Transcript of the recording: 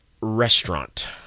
restaurant